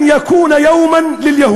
(אומר דברים